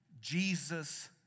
Jesus